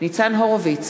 ניצן הורוביץ,